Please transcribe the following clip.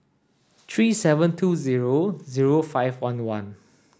three seven two zero zero five one one